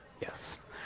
Yes